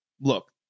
look